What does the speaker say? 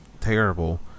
terrible